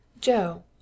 Joe